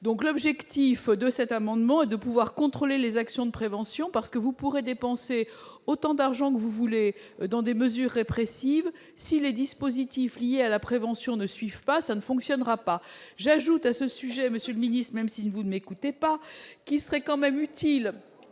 donc l'objectif de cet amendement est de pouvoir contrôler les actions de prévention parce que vous pourrez dépenser autant d'argent que vous voulez dans des mesures répressives, si les dispositifs liés à la prévention ne suivent pas, ça ne fonctionnera pas, j'ajoute à ce sujet, Monsieur le Ministre, même si vous n'écoutez pas qu'qui serait quand même utile